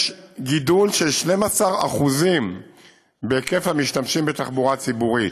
יש גידול של 12% בהיקף המשתמשים בתחבורה ציבורית.